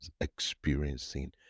experiencing